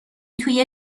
توی